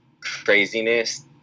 craziness